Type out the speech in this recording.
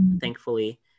thankfully